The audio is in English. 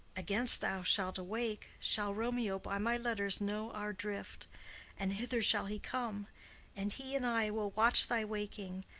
against thou shalt awake, shall romeo by my letters know our drift and hither shall he come and he and i will watch thy waking,